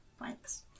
Thanks